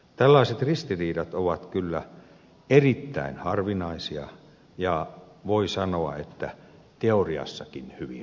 tällaiset ristiriidat ovat kyllä erittäin harvinaisia ja voi sanoa teoriassakin hyvin harvinaisia